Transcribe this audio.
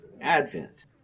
Advent